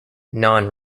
non